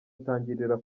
utangirira